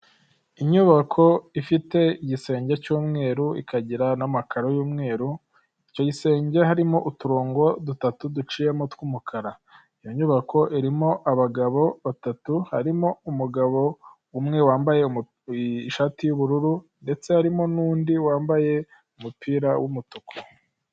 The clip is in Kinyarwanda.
Inyubako ifite igisenge cy'umweru ikagira n'amakararo y'umweru, icyo gisenge harimo uturongo dutatu duciyemo tw'umukara, iyo nyubako irimo abagabo batatu, harimo umugabo umwe wambaye ishati y'ubururu ndetse harimo n'undi wambaye umupira w'umutuku.